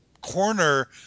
corner